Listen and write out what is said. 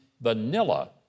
vanilla